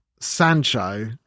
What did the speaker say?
Sancho